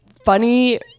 funny